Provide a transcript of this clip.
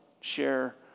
share